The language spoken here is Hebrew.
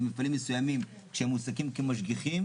במפעלים מסוימים שהם מועסקים כמשגיחים,